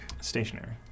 Stationary